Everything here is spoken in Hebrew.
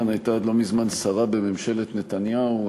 הייתה עד לא מזמן שרה בממשלת נתניהו.